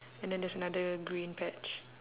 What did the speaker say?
and then there's another green patch